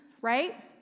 Right